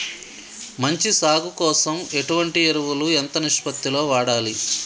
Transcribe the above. మంచి సాగు కోసం ఎటువంటి ఎరువులు ఎంత నిష్పత్తి లో వాడాలి?